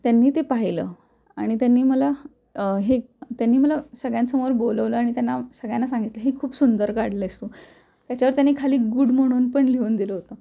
त्यांनी ते पाहिलं आणि त्यांनी मला हे त्यांनी मला सगळ्यांसमोर बोलावलं आणि त्यांना सगळ्यांना सांगितलं हे खूप सुंदर काढलं आहेस तू त्याच्यावर त्यांनी खाली गुड म्हणून पण लिहून दिलं होतं